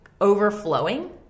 overflowing